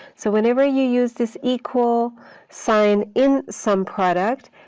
so whenever you use this equal sign in sumproduct,